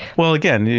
well again,